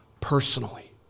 personally